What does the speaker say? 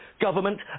government